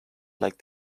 like